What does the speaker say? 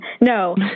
no